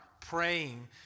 praying